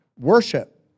worship